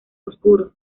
oscuro